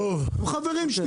הם חברים שלי,